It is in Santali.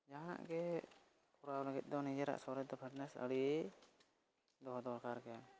ᱡᱟᱦᱟᱱᱟᱜ ᱜᱮ ᱠᱚᱨᱟᱣ ᱞᱟᱹᱜᱤᱫ ᱫᱚ ᱱᱤᱡᱮᱨᱟᱜ ᱥᱚᱨᱤᱨ ᱫᱚ ᱯᱷᱤᱴᱱᱮᱥ ᱟᱹᱰᱤ ᱫᱚᱦᱚ ᱫᱚᱨᱠᱟᱨ ᱜᱮ